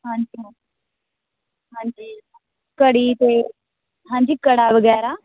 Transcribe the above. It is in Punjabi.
ਹਾਂਜੀ ਹਾਂਜੀ ਘੜੀ ਤੇ ਹਾਂਜੀ ਕੜਾ ਵਗੈਰਾ